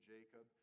Jacob